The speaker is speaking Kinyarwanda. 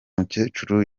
mukecuru